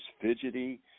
fidgety